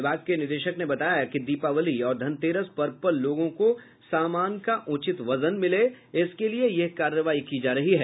विभाग के निदेशक ने बताया कि दीपावली और धनतेरस पर्व पर लोगों को समान का उचित वजन मिले इसके लिए यह कार्रवाई की जा रही है